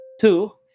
Two